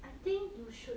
I think you should